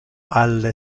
alle